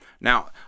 Now